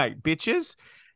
bitches